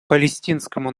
палестинскому